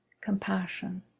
compassion